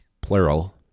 plural